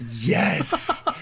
Yes